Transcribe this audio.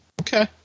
Okay